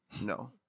no